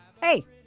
Hey